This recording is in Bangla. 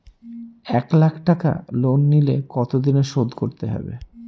এক লাখ টাকা লোন নিলে কতদিনে শোধ করতে হবে?